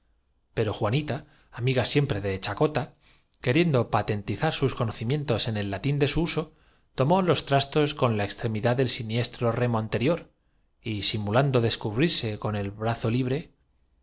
pero juanita amiga siempre de chacota queriendo á su valor los espectadores no creyendo justa la re patentizar sus conocimientos en el latín de su uso tomó los trastos con la extremidad del siniestro remo compensa pusiéronse á gritar anterior y simulando descubrirse con el brazo libre